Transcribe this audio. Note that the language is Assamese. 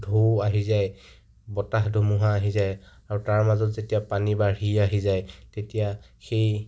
ঢৌ আহি যায় বতাহ ধুমুহা আহি যায় আৰু তাৰ মাজত যেতিয়া পানী বাঢ়ি আহি যায় তেতিয়া সেই